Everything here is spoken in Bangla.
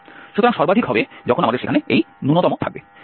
সুতরাং সর্বাধিক হবে যখন আমাদের সেখানে এই ন্যূনতম থাকবে